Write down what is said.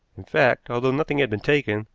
in fact, although nothing had been taken,